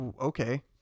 okay